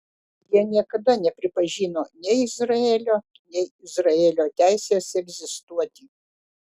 jie niekada nepripažino nei izraelio nei izraelio teisės egzistuoti